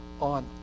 on